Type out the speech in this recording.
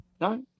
No